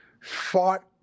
fought